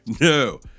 no